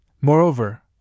Moreover